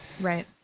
Right